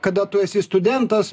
kada tu esi studentas